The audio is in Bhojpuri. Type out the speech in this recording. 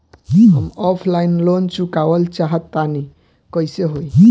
हम ऑफलाइन लोन चुकावल चाहऽ तनि कइसे होई?